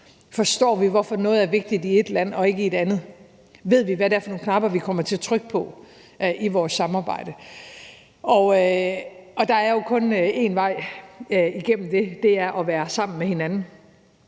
Forstår vi, hvorfor noget er vigtigt i ét land og ikke i et andet? Ved vi, hvad det er for nogle knapper, vi kommer til at trykke på i vores samarbejde? Der er jo kun en vej igennem det, og det er at være sammen med hinanden,